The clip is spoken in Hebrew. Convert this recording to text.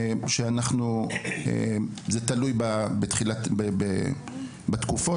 וזה תלוי בתקופות,